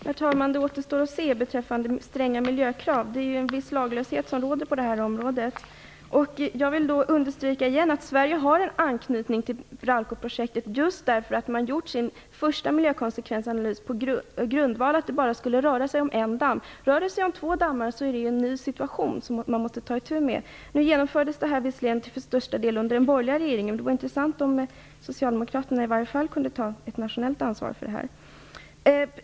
Herr talman! Det återstår att se vad stränga miljökrav innebär. Det råder ju en viss laglöshet på det här området. Jag vill återigen understryka att Sverige har en anknytning till Ralcoprojektet just därför att man gjort sin första miljökonsekvensanalys på grundval av att det skulle röra sig om en enda damm. Om det handlar om två dammar innebär det en ny situation som man måste ta itu med. Detta hände visserligen till största delen under den borgerliga regeringen, men det vore intressant om socialdemokraterna kunde ta ett nationellt ansvar för detta.